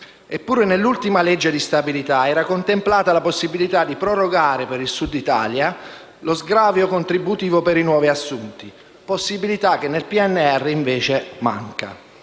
Eppure nell'ultima legge di stabilità era contemplata la possibilità di prorogare per il Sud d'Italia lo sgravio contributivo per i nuovi assunti, possibilità che nel PNR, invece, manca.